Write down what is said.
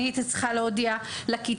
אני הייתי צריכה להודיע לכיתה,